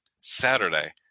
Saturday